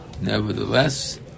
Nevertheless